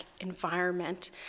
environment